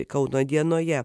kauno dienoje